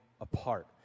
apart